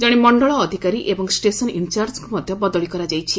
ଜଣେ ମଣ୍ଡଳ ଅଧିକାରୀ ଏବଂ ଷ୍ଟେସନ୍ ଇନ୍ଚାର୍ଜଙ୍କୁ ମଧ୍ୟ ବଦଳି କରାଯାଇଛି